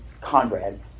Conrad